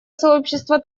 сообщества